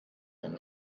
eine